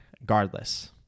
regardless